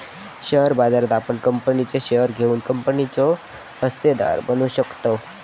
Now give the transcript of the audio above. share बाजारात आपण कंपनीचे शेअर घेऊन कंपनीचे हिस्सेदार बनू शकताव